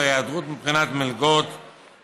היעדרות מבחינת מלגות,